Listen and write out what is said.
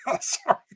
Sorry